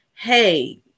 hey